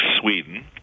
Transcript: Sweden